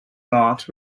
not